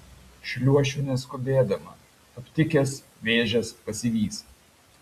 šliuošiu neskubėdama aptikęs vėžes pasivys